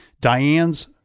Diane's